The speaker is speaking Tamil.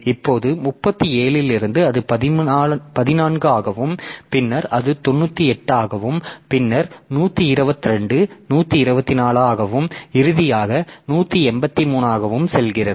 இப்போது 37 இலிருந்து அது 14 ஆகவும் பின்னர் அது 98 ஆகவும் பின்னர் 122 124 ஆகவும் இறுதியாக 183 ஆகவும் செல்கிறது